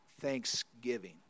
thanksgiving